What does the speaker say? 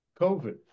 COVID